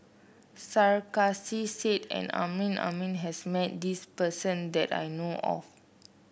Sarkasi Said and Amrin Amin has met this person that I know of